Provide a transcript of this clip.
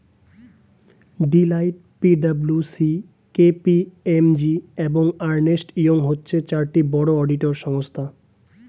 Deloitte, P W C, K P M G, এবং Ernst Young হচ্ছে চারটি বড় অডিটর সংস্থা